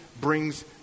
brings